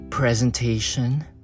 presentation